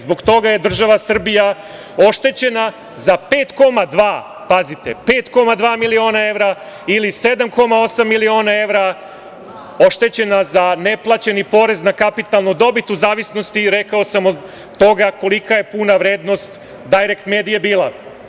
Zbog toga je država Srbija oštećena za 5,2, pazite, 5,2 miliona evra ili 7,8 miliona evra za neplaćeni porez na kapitalnu dobit u zavisnosti, rekao sam, od toga kolika je puna vrednost „Dajrekt medije“ bila.